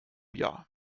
jahr